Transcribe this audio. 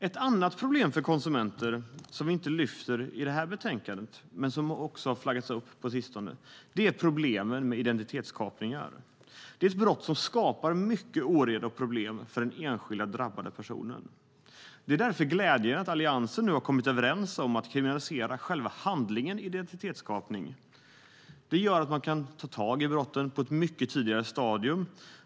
Ett annat problem för konsumenter, som inte lyfts fram i det här betänkandet men som har seglat upp på sistone, är identitetskapning. Det är ett brott som skapar mycket oreda och problem för den enskilda drabbade personen. Det är därför glädjande att Alliansen nu har kommit överens om att kriminalisera själva handlingen identitetskapning. Det gör att man kan ta tag i brotten på ett mycket tidigare stadium.